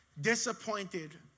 disappointed